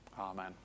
Amen